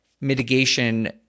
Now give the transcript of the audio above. mitigation